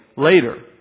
Later